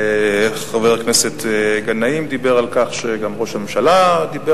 חבר הכנסת גנאים דיבר על כך שגם ראש הממשלה דיבר